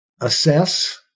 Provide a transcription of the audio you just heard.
assess